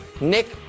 Nick